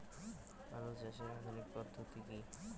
আলু চাষের আধুনিক পদ্ধতি কি?